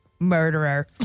Murderer